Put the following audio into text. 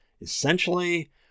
Essentially